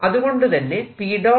അതുകൊണ്ടു തന്നെ P